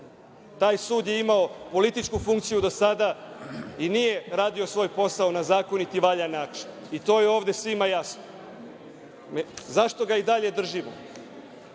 Taj sud je imao političku funkciju do sada i nije radio svoj posao na zakonit i valjan način i to je ovde svima jasno. Zašto ga i dalje držimo?